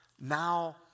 now